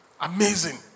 Amazing